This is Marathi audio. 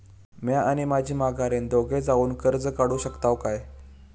म्या आणि माझी माघारीन दोघे जावून कर्ज काढू शकताव काय?